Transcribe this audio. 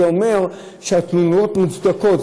זה אומר שהתלונות מוצדקות,